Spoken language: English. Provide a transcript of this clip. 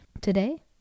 today